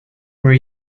were